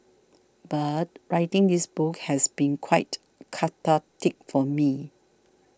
but writing this book has been quite cathartic for me